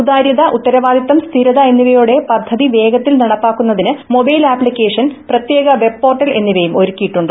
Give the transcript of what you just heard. സുതാര്യത ഉത്തരവാദിത്തം സ്ഥിരത എന്നിവയോടെ പദ്ധതി വേഗത്തിൽ നടപ്പാക്കുന്നതിന് മൊബൈൽ ആപ്ലിക്കേഷൻ പ്രത്യേക വെബ് പോർട്ടൽ എന്നിവയും ഒരുക്കിയിട്ടുണ്ട്